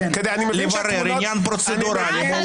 אנחנו רוצים לברר עניין פרוצדורלי מהותי.